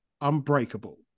Unbreakable